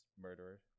murderer